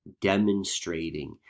demonstrating